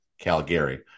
Calgary